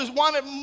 wanted